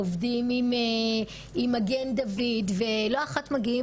עובדים עם מגן דוד אדום ולא אחת מגיעים